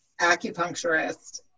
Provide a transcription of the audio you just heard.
acupuncturist